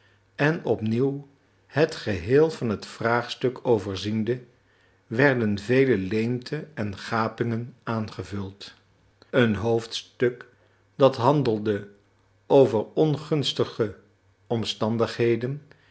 en op nieuw het geheel van het vraagstuk overziende werden vele leemten en gapingen aangevuld een hoofdstuk dat handelde over ongunstige omstandigheden